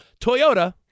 Toyota